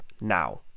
now